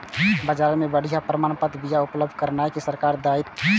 बाजार मे बढ़िया आ प्रमाणित बिया उपलब्ध करेनाय सरकारक दायित्व छियै